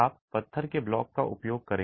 आप पत्थर के ब्लॉक का उपयोग करें